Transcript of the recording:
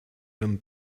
and